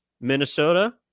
Minnesota